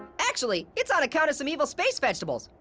actually, it's on account of some evil space vegetables,